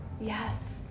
Yes